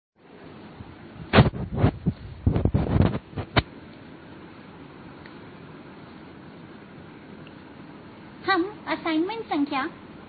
assignment 4 समस्या 6 10 हम assignment संख्या